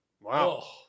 Wow